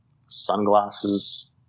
sunglasses